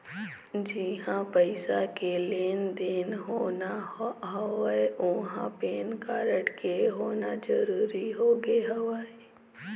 जिहाँ पइसा के लेन देन होना हवय उहाँ पेन कारड के होना जरुरी होगे हवय